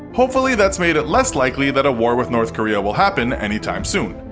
hopefully that's made it less likely that a war with north korea will happen anytime soon.